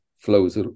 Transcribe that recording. flows